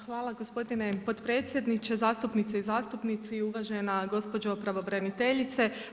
Hvala gospodine potpredsjedniče, zastupnice i zastupnici, uvažena gospođo pravobraniteljice.